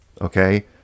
Okay